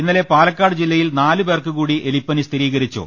ഇന്നലെ പാലക്കാട് ജില്ലയിൽ നാലുപേർക്ക് കൂടി എലിപ്പനി സ്ഥിരീകരിച്ചു